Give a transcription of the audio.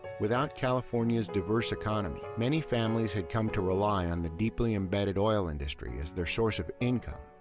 without california's diverse economy, many families had come to rely on the deeply-embedded oil industry as their source of income,